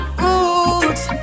roots